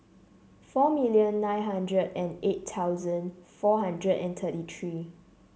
four million nine hundred and eight thousand four hundred and thirty three